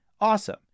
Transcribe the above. awesome